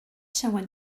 someone